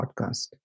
podcast